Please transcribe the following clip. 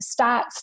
stats